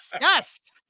yes